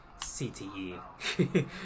CTE